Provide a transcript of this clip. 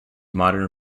modern